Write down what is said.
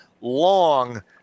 long